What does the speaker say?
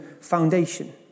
foundation